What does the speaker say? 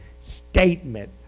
statement